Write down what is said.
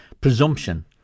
presumption